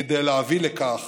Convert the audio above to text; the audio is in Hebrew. כדי להביא לכך